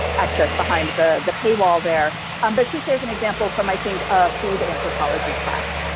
access behind the the paywall there um but she shares an example from i think a food anthropology class,